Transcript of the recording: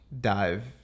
dive